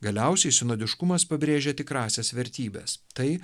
galiausiai sinodiškumas pabrėžia tikrąsias vertybes tai